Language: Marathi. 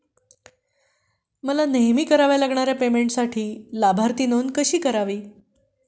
मला नेहमी कराव्या लागणाऱ्या पेमेंटसाठी लाभार्थी नोंद कशी करावी?